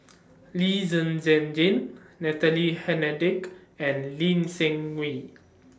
Lee Zhen Zhen Jane Natalie Hennedige and Lee Seng Wee